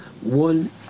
one